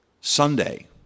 Sunday